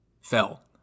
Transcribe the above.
fell